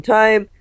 time